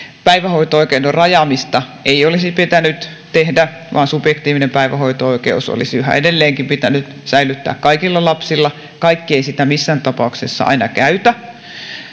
päivähoito oikeuden rajaamista ei olisi pitänyt tehdä vaan subjektiivinen päivähoito oikeus olisi yhä edelleenkin pitänyt säilyttää kaikilla lapsilla kaikki eivät sitä missään tapauksessa aina käytä